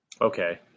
Okay